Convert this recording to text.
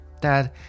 dad